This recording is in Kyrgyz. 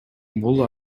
бул